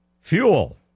Fuel